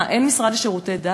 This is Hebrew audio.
מה, אין משרד לשירותי דת?